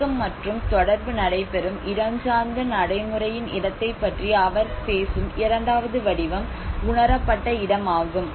இயக்கம் மற்றும் தொடர்பு நடைபெறும் இடஞ்சார்ந்த நடைமுறையின் இடத்தைப் பற்றி அவர் பேசும் இரண்டாவது வடிவம் உணரப்பட்ட இடம் ஆகும்